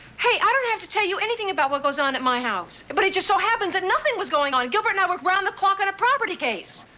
hey, i don't have to tell you anything about what goes on at my house. but it just so happens that nothing was going on. gilbert and i worked around the clock on a property case.